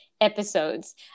episodes